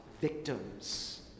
victims